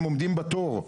הם עומדים בתור.